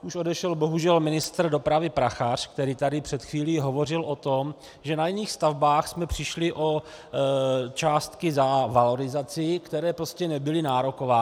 Už odešel bohužel ministr dopravy Prachař, který tady před chvílí hovořil o tom, že na jiných stavbách jsme přišli o částky za valorizaci, které prostě nebyly nárokovány.